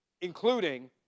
including